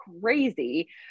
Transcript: crazy